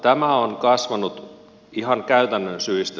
tämä on kasvanut ihan käytännön syistä